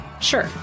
Sure